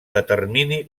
determini